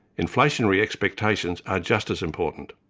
inflationary expectations are just as important.